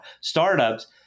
startups